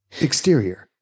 Exterior